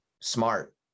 smart